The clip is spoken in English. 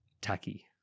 tacky